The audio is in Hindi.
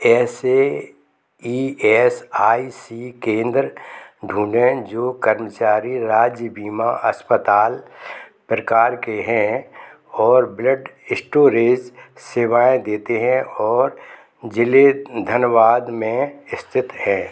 ऐसे ई एस आई सी केंद्र ढूँढें जो कर्मचारी राज्य बीमा अस्पताल प्रकार के हैं और ब्लड स्टोरेज सेवाएँ देते हैं और ज़िले धनबाद में स्थित है